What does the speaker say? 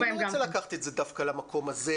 אני לא רוצה לקחת את זה דווקא למקום הזה,